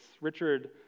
Richard